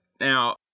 Now